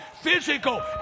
physical